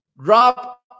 Drop